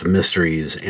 Mysteries